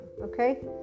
okay